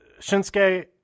Shinsuke